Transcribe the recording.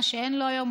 מה שאין לו היום,